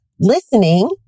listening